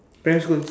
primary school